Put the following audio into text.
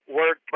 work